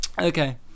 Okay